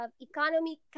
economy